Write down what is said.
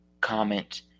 comment